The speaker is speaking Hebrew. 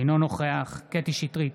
אינו נוכח קטי קטרין שטרית,